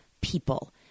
people